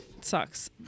Sucks